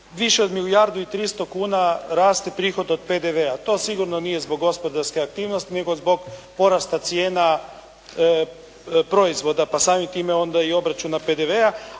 više od milijardu i 300 kuna raste prihod od PDV-a. To sigurno nije zbog gospodarske aktivnosti, nego zbog porasta cijena proizvoda, pa samim time onda i obračuna PDV-a,